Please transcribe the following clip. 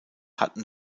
hatten